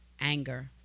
anger